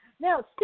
now